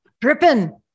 dripping